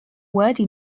wordy